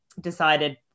decided